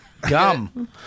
Gum